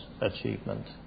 achievement